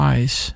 Eyes